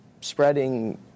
spreading